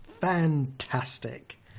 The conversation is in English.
fantastic